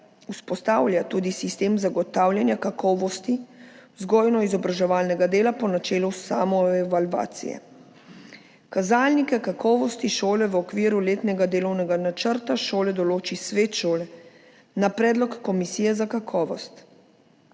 vzpostavlja tudi sistem zagotavljanja kakovosti vzgojno-izobraževalnega dela po načelu samoevalvacije. Kazalnike kakovosti šole v okviru letnega delovnega načrta šole določi svet šole na predlog komisije za kakovost.